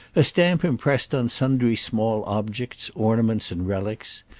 a stamp impressed on sundry small objects, ornaments and relics.